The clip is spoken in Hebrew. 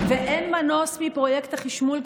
ואין מנוס מפרויקט החשמול,